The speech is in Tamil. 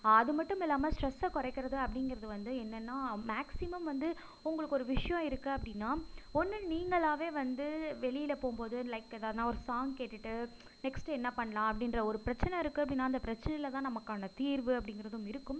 அது மட்டும் இல்லாமல் ஸ்ட்ரெஸ்ஸை குறைக்கிறது அப்படிங்கிறது வந்து என்னென்னா மேக்சிமம் வந்து உங்களுக்கு ஒரு விஷயம் இருக்குது அப்படின்னா ஒன்று நீங்களாகவே வந்து வெளியில் போகும்போது லைக் எதுன்னா ஒரு சாங் கேட்டுவிட்டு நெக்ஸ்ட்டு என்ன பண்ணலாம் அப்படின்ற ஒரு பிரச்சனை இருக்குது அப்படின்னா அந்த பிரச்சனையில் தான் நமக்கான தீர்வு அப்படிங்கிறதும் இருக்கும்